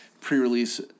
pre-release